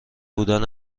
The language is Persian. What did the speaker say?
بودن